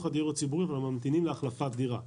הדיור הציבורי וממתינים להחלפת דירה.